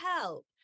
help